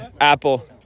Apple